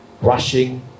rushing